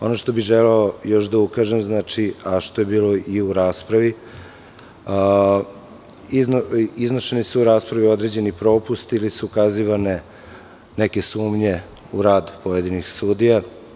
Ono što bih želeo još da ukažem, a što je bilo i u raspravi, iznošeni su u raspravi određeni propusti ili su ukazivane neke sumnje u rad pojedinih sudija.